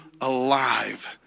alive